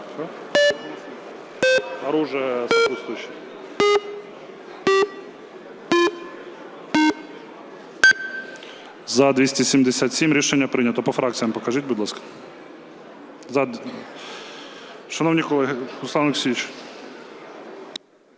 За-277 Рішення прийнято. По фракціях покажіть, будь ласка. Шановні колеги… Руслан Олексійович.